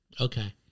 Okay